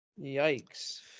Yikes